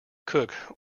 cook